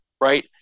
right